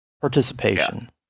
participation